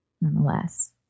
nonetheless